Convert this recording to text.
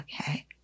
Okay